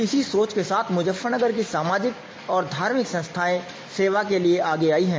इसी सोच के साथ मुजफ्फरनगर की सामाजिक और धार्मिक संस्थाएं सेवा के लिए आगे आगई है